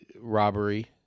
robbery